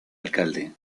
alcalde